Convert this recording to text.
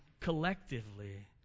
collectively